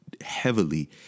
heavily